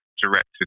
directed